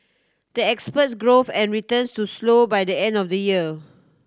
the expects growth and returns to slow by the end of the year